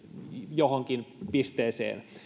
johonkin pisteeseen